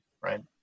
right